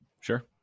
Sure